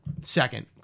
Second